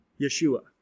Yeshua